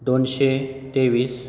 दोनशें तेवीस